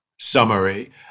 summary